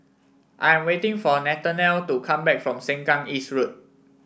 I'm waiting for Nathanael to come back from Sengkang East Road